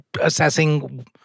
assessing